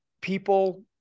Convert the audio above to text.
people